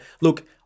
look